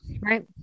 Right